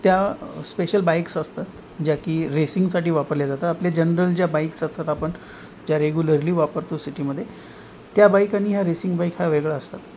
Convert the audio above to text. त्या special bikes असतात ज्या की रेसिंगसाठी वापरल्या जाता आपले जनरल ज्या बाईक्स असतात आपण ज्या रेगुलरली वापरतो सिटीमध्ये त्या बाईक आणि ह्या रेसिंग बाईक ह्या वेगळा असतात